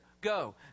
Go